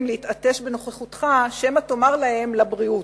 להתעטש בנוכחותך שמא תאמר להם "לבריאות".